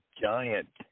giant